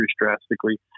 drastically